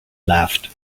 laughed